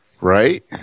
Right